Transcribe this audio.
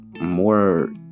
more